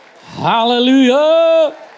Hallelujah